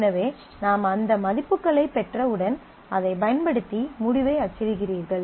எனவே நாம் அந்த மதிப்புகளைப் பெற்றவுடன் அதைப் பயன்படுத்தி முடிவை அச்சிடுகிறீர்கள்